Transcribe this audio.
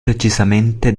precisamente